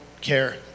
care